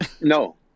no